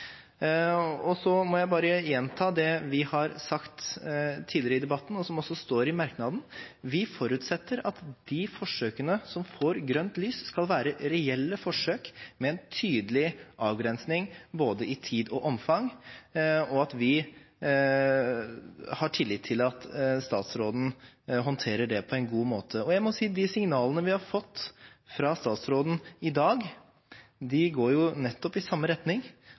Jeg må gjenta det vi har sagt tidligere i debatten, og som det også står i merknaden: Vi forutsetter at de forsøkene som får grønt lys, skal være reelle forsøk med en tydelig avgrensning, både i tid og omfang. Vi har tillit til at statsråden håndterer dette på en god måte. Jeg må si at de signalene vi har fått fra statsråden i dag, går nettopp i samme retning.